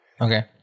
Okay